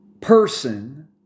person